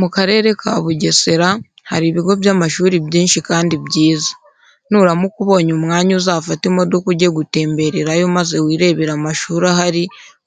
Mu Karere ka Bugesera hari ibigo by'amashuri byinshi kandi byiza. Nuramuka ubonye umwanya uzafate imodoka ujye gutembererayo maze wirebere amashuri ahari